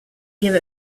give